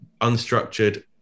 unstructured